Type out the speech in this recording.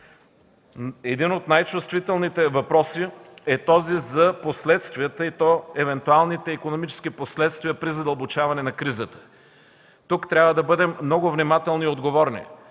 Един от най-чувствителните въпроси е този за последствията, и то евентуалните икономически последствия при задълбочаване на кризата. Тук трябва да бъдем много внимателни и отговорни,